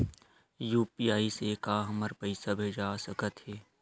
UPI से का हमर पईसा भेजा सकत हे?